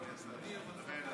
אני, דוד אמסלם, בן